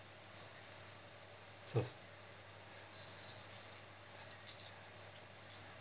so